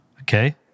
okay